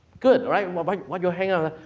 good, alright. um but why do you hang on?